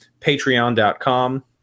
Patreon.com